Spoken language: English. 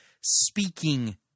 speaking